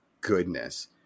goodness